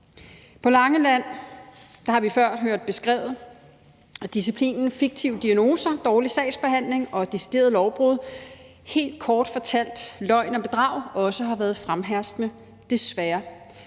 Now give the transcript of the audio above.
På Langeland har vi før hørt beskrevet, hvordan disciplinen fiktive diagnoser, dårlig sagsbehandling og deciderede lovbrud – helt kort fortalt løgn og bedrag – også har været fremherskende, desværre.